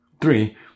Three